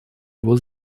его